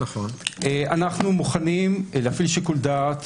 אנחנו מוכנים להפעיל שיקול דעת